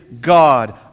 God